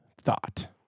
thought